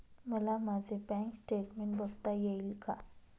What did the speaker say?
मला माझे bank statement बघता येईल का?